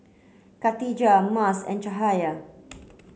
Katijah Mas and Cahaya